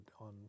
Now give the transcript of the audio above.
on